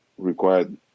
required